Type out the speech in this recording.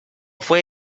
fue